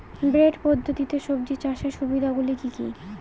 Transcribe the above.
Bed পদ্ধতিতে সবজি চাষের সুবিধাগুলি কি কি?